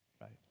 right